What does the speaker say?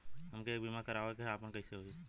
हमके एक बीमा करावे के ह आपन कईसे होई?